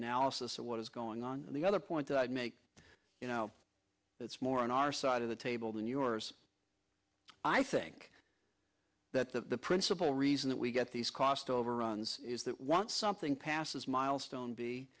analysis of what is going on the other point i'd make you know that's more on our side of the table than yours i think that the principal reason that we get these cost overruns is that once something passes milestone be